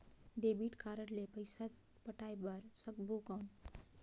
Debit card ले पइसा पटाय बार सकबो कौन?